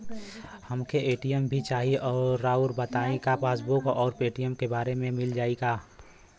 हमके ए.टी.एम भी चाही राउर बताई का पासबुक और ए.टी.एम एके बार में मील जाई का?